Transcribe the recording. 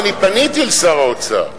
אני פניתי אל שר האוצר,